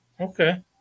okay